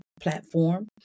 platform